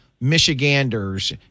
Michiganders